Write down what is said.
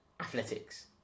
athletics